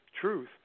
truth